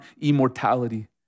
immortality